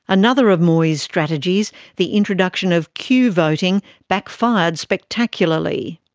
another of moi's strategies the introduction of queue voting backfired spectacularly.